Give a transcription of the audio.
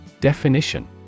Definition